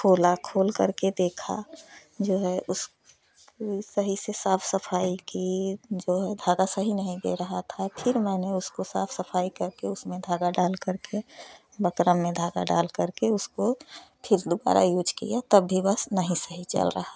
खोला खोल कर के देखा जो है उस सही से साफ सफाई की जो धागा सही नहीं दे रहा था फिर मैंने उसको साफ सफाई करके उसमें धागा डाल करके बकरम में धागा डाल करके उसको फिर दोबारा यूज किया तब भी वह नहीं सही चल रहा था